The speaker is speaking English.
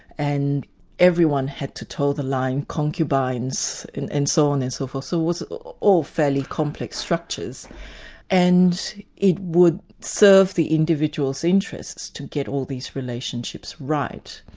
and everyone had to toe the line, concubines and and so on and so forth. so it was all fairly complex structures and it would serve the individual's interests to get all these relationships right,